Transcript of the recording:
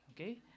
Okay